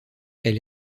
elle